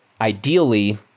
ideally